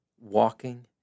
walking